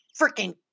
freaking